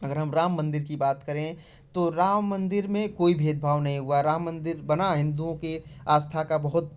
अगर हम राम मन्दिर कि बात करें तो राम मंदिर में कोई भेद भाव नहीं हुआ राम मंदिर बना हिंदुओं के आस्था का बहुत